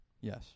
Yes